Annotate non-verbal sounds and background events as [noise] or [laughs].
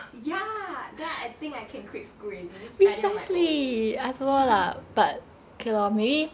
ya then I think I can quit school already and just study on my own [laughs]